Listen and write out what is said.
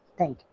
thank